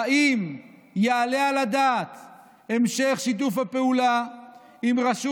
האם יעלה על הדעת המשך שיתוף הפעולה עם רשות